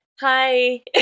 Hi